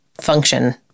function